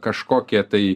kažkokie tai